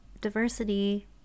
diversity